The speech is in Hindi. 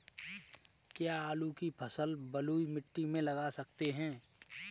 क्या आलू की फसल बलुई मिट्टी में लगा सकते हैं?